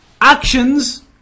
Actions